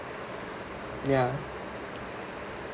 ya